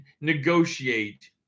negotiate